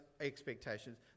expectations